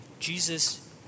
Jesus